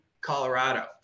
Colorado